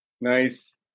Nice